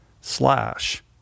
slash